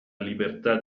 libertà